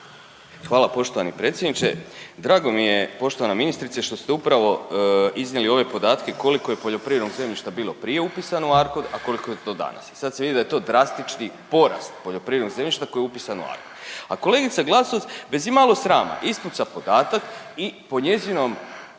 Hvala poštovani predsjedniče. Drago mi je poštovana ministrice što ste upravo iznijeli ove podatke koliko je poljoprivrednog zemljišta bilo prije upisano u Arcod, a koliko je to danas. I sad se vidi da je to drastični porast poljoprivrednog zemljišta koje je upisano u Arcod. A kolegica Glasovac bez imalo srama ispuca podatak i po njezinoj